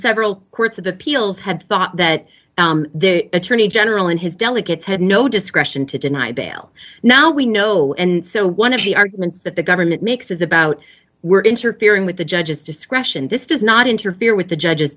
several courts of appeals had thought that the attorney general and his delegates had no discretion to deny bail now we know and so one of the arguments that the government makes is about were interfering with the judge's discretion this does not interfere with the judge